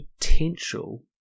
potential